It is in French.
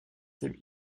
thèmes